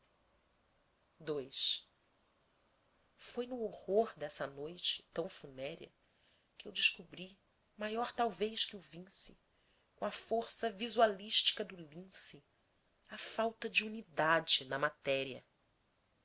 provocam foi no horror dessa noite tão funérea que eu descobri maior talvez que vinci com a força visualística do lince a falta de unidade na matéria